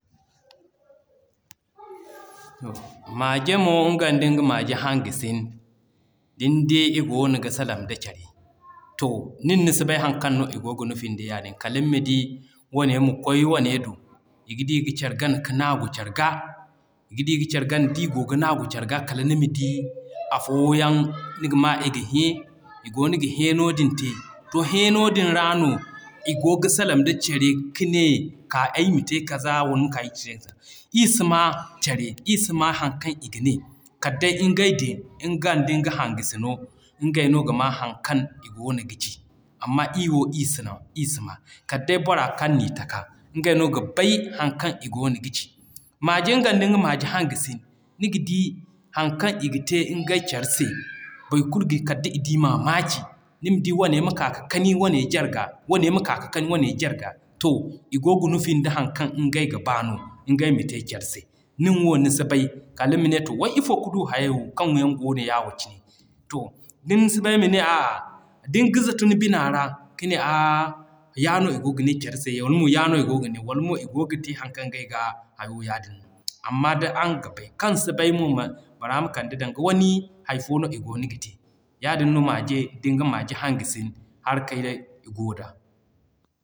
Maje mo nga ndinga maje hanga sine din di i goono ga salaŋ da care, to, nin ni si bay haŋ kaŋ i goono ga nufin da yaadin. Kal nima di wane ma kwaay wane do iga d'i ga care gana ga naagu care ga, iga d'i ga care gana d'i goo ga naagu care ga kal nima di afo yaŋ niga ma iga hẽ, i goono ga hẽeno din tey. To hẽeno din ra no igo ga salaŋ da care ka ne: Ka ayma te kaza ii si maa care, ii si maa haŋ kaŋ iga ne kal day ngey din nga ndinga hanga sino ngey no ga maa haŋ kaŋ i goono ga ci. Amma ii wo ii si maa. Kal day bora kaŋ ni taka, nga no ga bay haŋ kaŋ i goono ga ci. Maje nga ndinga maje hanga sine, niga di haŋ kaŋ iga te ngey care se nima di wane ma k'a ka kani wane jarga, wane ma k'a ka kani wane jarga, to, igo ga nufin da haŋ kaŋ ngay ga ba no ngey ma te care se nin wo nisi bay kal nima ne: way to ifo ka du hayey wo kaŋ yaŋ goono yawo cine? To, din si bay ma ne a'a, dinga zato ni bina ra ka ne ya no i goono ga ne care se wala mo ya no i goo gane wala mo i goo ga te haŋ kaŋ ngey ga hayo yaadin. Amma d'araŋ ga bay, kaŋ si bay mo, bora ma kande danga wani hay fo i goono ga te. Yaadin no maje nga ndinga maje hanga sine harakay goo da.